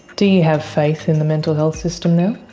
do you have faith in the mental health system now?